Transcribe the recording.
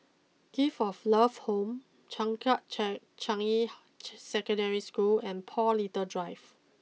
Gift of love Home Changkat Changi Secondary School and Paul little Drive